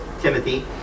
Timothy